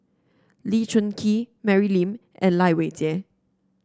Lee Choon Kee Mary Lim and Lai Weijie